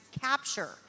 capture